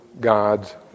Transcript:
God's